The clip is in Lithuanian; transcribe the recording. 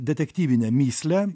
detektyvinę mįslę